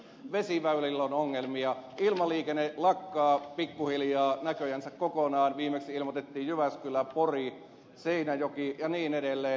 vesiväylillä on ongelmia ilmaliikenne lakkaa pikkuhiljaa näköjänsä kokonaan viimeksi ilmoitettiin jyväskylä pori seinäjoki ja niin edelleen